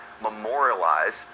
memorialize